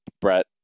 Brett